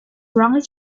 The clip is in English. wrongly